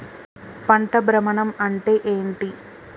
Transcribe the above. పంట భ్రమణం అంటే ఏంటి?